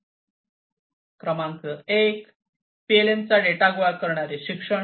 क्रमांक 1 पीएलएमचे डेटा गोळा करणारे शिक्षण